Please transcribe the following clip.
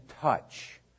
touch